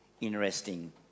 Interesting